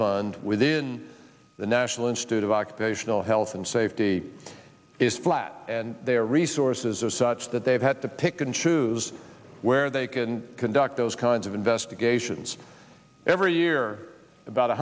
fund within the national institute of occupational health and safety is flat and their resources are such that they've had to pick and choose where they can conduct those kinds of investigations every year about